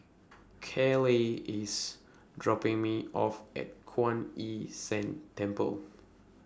Kaleigh IS dropping Me off At Kuan Yin San Temple